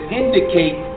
indicate